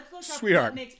Sweetheart